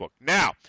Now